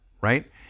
right